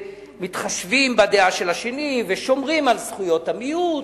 מתחשבים בדעה של השני ושומרים על זכויות המיעוט.